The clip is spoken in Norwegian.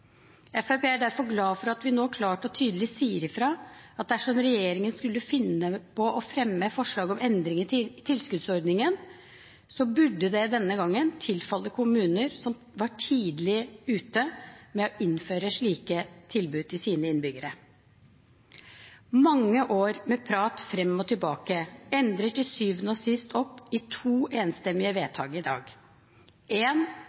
er derfor glad for at vi nå klart og tydelig sier fra om at dersom regjeringen skulle finne på å fremme forslag om endringer i tilskuddsordningen, burde det denne gangen tilfalle kommuner som var tidlig ute med å innføre slike tilbud til sine innbyggere. Mange år med prat fram og tilbake ender til syvende og sist med to enstemmige vedtak i dag.